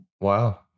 Wow